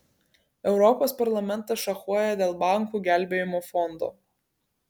europos parlamentas šachuoja dėl bankų gelbėjimo fondo